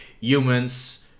Humans